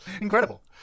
Incredible